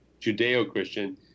Judeo-Christian